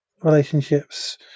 relationships